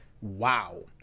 wow